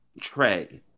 Trey